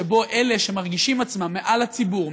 שבו אלה שמרגישים עצמם מעל הציבור,